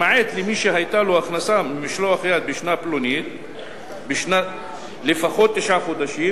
למעט למי שהיתה לו הכנסה ממשלח יד בשנה פלונית לפחות תשעה חודשים,